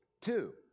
Two